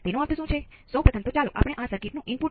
તેથી 2